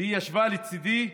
והיא ישבה לצידי,